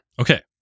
Okay